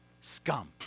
scum